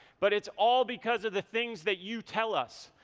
but it's all because of the things that you tell us.